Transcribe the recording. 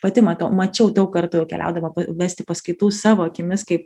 pati matau mačiau daug kartų keliaudama vesti paskaitų savo akimis kaip